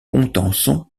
contenson